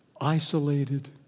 isolated